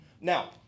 Now